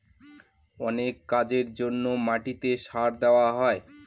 অনেক কাজের জন্য মাটিতে সার দেওয়া হয়